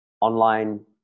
online